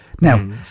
Now